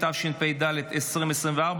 התשפ"ד 2024,